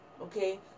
okay